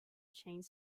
change